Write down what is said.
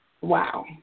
Wow